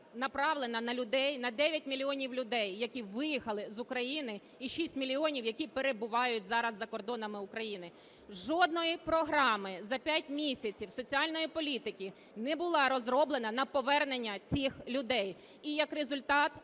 направлена на людей: на 9 мільйонів людей, які виїхали з України, і 6 мільйонів, які перебувають зараз за кордонами України. Жодна програма за п'ять місяців соціальної політики не була розроблена на повернення цих людей. І як результат